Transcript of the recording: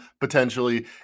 potentially